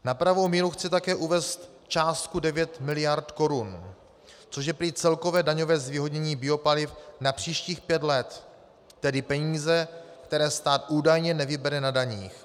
Na pravou míru chci také uvést částku 9 mld. korun, což je prý celkové daňové zvýhodnění biopaliv na příštích pět let, tedy peníze, které stát údajně nevybere na daních.